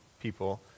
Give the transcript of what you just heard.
people